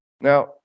Now